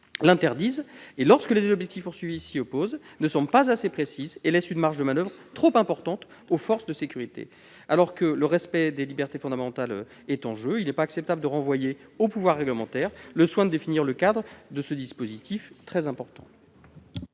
l'interdisent et lorsque les objectifs visés s'y opposent -ne semblent pas assez précises et laissent une marge de manoeuvre trop importante aux forces de sécurité. Alors que le respect des libertés fondamentales est en jeu, il n'est pas acceptable de renvoyer au pouvoir réglementaire le soin de définir le cadre de ce dispositif. Quel est